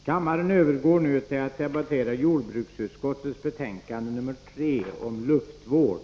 Kammaren övergår nu till att debattera jordbruksutskottets betänkande 3 om luftvård.